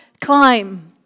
climb